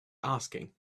asking